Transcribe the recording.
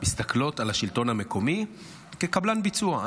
מסתכלת על השלטון המקומי כקבלן ביצוע: